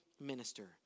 minister